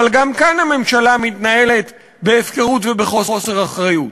אבל גם כאן הממשלה מתנהלת בהפקרות ובחוסר אחריות,